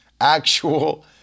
actual